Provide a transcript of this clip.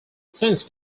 since